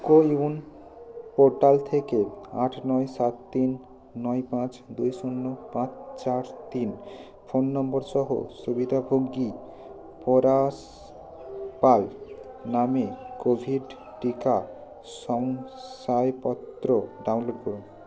CoWIN portal থেকে আট নয় সাত তিন নয় পাঁচ দুই শূন্য পাঁচ চার তিন ফোন নম্বর সহ সুবিধাভোগী পরাশ পাল নামের কোভিড টিকা শংসাপত্র ডাউনলোড করুন